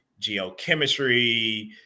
geochemistry